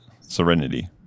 Serenity